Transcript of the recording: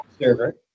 server